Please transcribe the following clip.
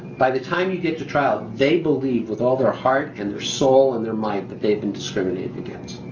by the time you get to trial, they believe with all their heart and their soul and their mind that they have been discriminated against,